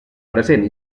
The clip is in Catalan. present